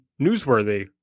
newsworthy